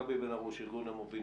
גבי בן הרוש, ארגון המובילים.